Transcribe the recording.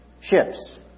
ships